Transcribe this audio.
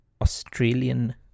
Australian